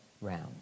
round